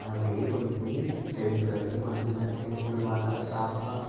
அப்படியே சொல்லி சொல்லி டென்த்து வரைக்கும் வந்தேன் டென்த்தில் பார்த்தா ஸ்டாஃபாக